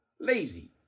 Lazy